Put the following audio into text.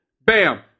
bam